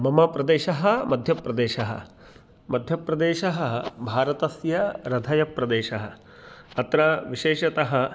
मम प्रदेशः मध्यप्रदेशः मध्यप्रदेशः भारतस्य हृदयप्रदेशः अत्र विशेषतः